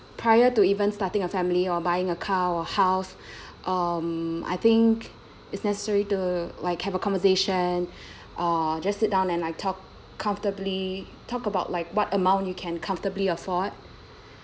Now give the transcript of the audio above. prior to even starting a family or buying a car or house um I think it's necessary to like have a conversation uh just sit down and I talk comfortably talk about like what amount you can comfortably afford